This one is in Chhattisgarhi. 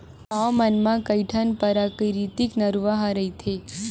गाँव मन म कइठन पराकिरितिक नरूवा ह रहिथे